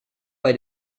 bei